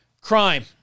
Crime